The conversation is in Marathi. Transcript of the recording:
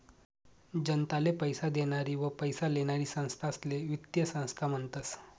जनताले पैसा देनारी व पैसा लेनारी संस्थाले वित्तीय संस्था म्हनतस